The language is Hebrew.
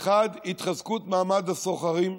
האחד, התחזקות מעמד הסוחרים,